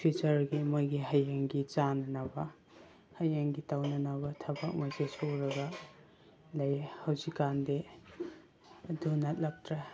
ꯐ꯭ꯌꯨꯆꯔꯒꯤ ꯃꯣꯏꯒꯤ ꯍꯌꯦꯡꯒꯤ ꯆꯥꯅꯅꯕ ꯍꯌꯦꯡꯒꯤ ꯇꯧꯅꯅꯕ ꯊꯕꯛꯈꯩꯁꯦ ꯁꯨꯔꯒ ꯂꯩ ꯍꯧꯖꯤꯛꯀꯥꯟꯗꯤ ꯑꯗꯨ ꯅꯠꯂꯛꯇ꯭ꯔꯦ